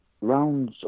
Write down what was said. rounds